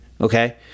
Okay